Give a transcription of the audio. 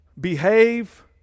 behave